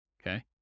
Okay